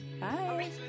bye